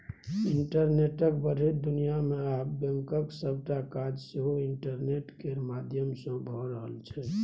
इंटरनेटक बढ़ैत दुनियाँ मे आब बैंकक सबटा काज सेहो इंटरनेट केर माध्यमसँ भए रहल छै